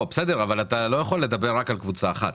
אבל אתה לא יכול לדבר רק על קבוצה אחת,